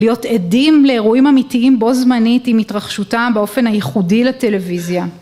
להיות עדים לאירועים אמיתיים בו זמנית עם התרחשותם באופן הייחודי לטלוויזיה